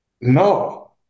No